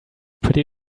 pretty